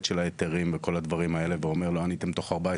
של ההיתרים וכל הדברים האלה ואומר: לא עניתם תוך 14